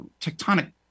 tectonic